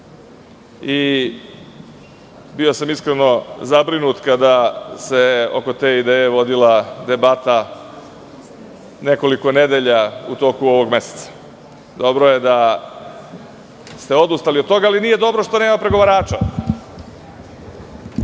Iskreno sam bio zabrinut kada se oko te ideje vodila debata nekoliko nedelja u toku ovog meseca. Dobro je da ste odustali od toga, ali nije dobro što nema pregovarača.